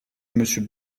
monsieur